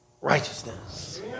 righteousness